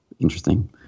Interesting